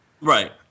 Right